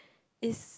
is